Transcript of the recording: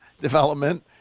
development